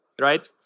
right